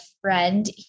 friend